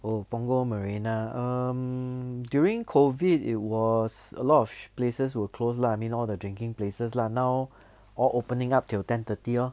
oh punggol marina um during COVID it was a lot of places were close lah I mean all the drinking places lah now all opening up till ten thirty lor